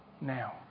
Now